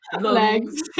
Legs